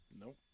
Nope